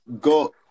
go